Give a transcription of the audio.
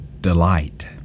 delight